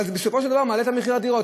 אבל בסופו של דבר זה מעלה את מחיר הדירות.